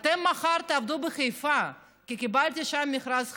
אתם מחר תעבדו בחיפה, כי קיבלתי שם מכרז חדש.